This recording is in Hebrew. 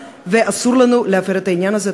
ואסור לנו להפר את העניין הזה.